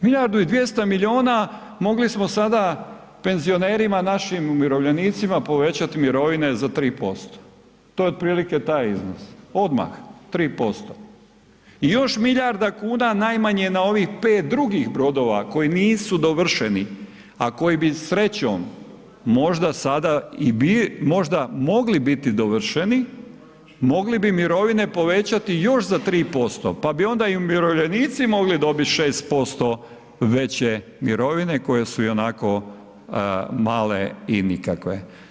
Milijardu i 200 milijuna mogli smo sada penzionerima, našim umirovljenicima povećat mirovine za 3%, to je otprilike taj iznos, odmah 3% i još milijarda kuna najmanje na ovih 5 drugih brodova koji nisu dovršeni a koji bi srećom možda mogli i biti dovršeni, mogli bi mirovine povećati još za 3% pa bi onda i umirovljenici mogli dobit 6% veće mirovine koje su ionako male i nikakve.